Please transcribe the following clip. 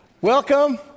Welcome